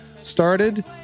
started